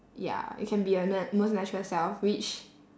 ya you can be your na~ most natural self which